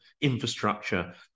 infrastructure